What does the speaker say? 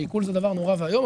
ועיקול זה דבר נורא ואיום.